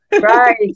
Right